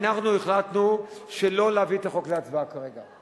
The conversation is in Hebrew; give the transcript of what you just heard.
החלטנו שלא להביא את החוק להצבעה, כרגע.